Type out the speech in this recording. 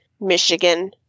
Michigan